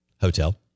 Hotel